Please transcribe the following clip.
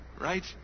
Right